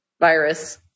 virus